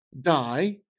die